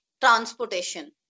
transportation